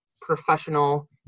professional